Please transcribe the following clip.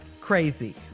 crazy